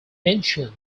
ancient